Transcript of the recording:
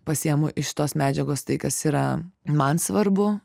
pasiimu iš tos medžiagos tai kas yra man svarbu